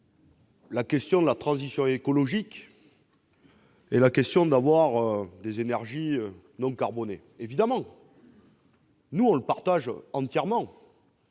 approuvions la transition écologique et la nécessité d'avoir des énergies non carbonées. Évidemment, nous partageons entièrement